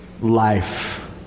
Life